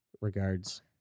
Regards